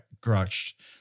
crushed